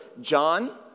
John